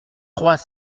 trois